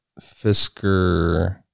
Fisker